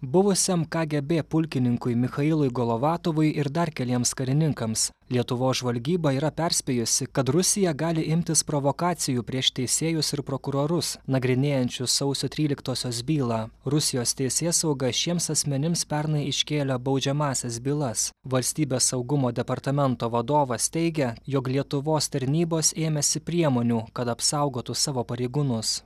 buvusiam ka gė bė pulkininkui michailui golovatovui ir dar keliems karininkams lietuvos žvalgyba yra perspėjusi kad rusija gali imtis provokacijų prieš teisėjus ir prokurorus nagrinėjančius sausio tryliktosios bylą rusijos teisėsauga šiems asmenims pernai iškėlė baudžiamąsias bylas valstybės saugumo departamento vadovas teigia jog lietuvos tarnybos ėmėsi priemonių kad apsaugotų savo pareigūnus